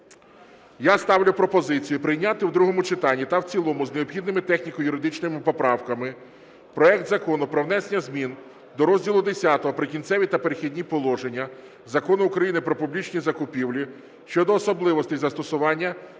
Я ставлю пропозицію прийняти в другому читанні та в цілому з необхідними техніко-юридичними поправками проект Закону про внесення змін до розділу X "Прикінцеві та перехідні положення" Закону України "Про публічні закупівлі" щодо особливостей застосування